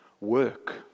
work